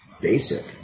basic